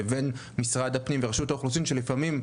לבין משרד הפנים ורשות האוכלוסין שלפעמים,